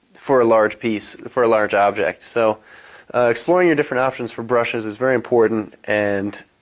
for a large piece, for a large object. so exploring your different options for brushes is very important and